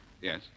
Yes